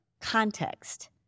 context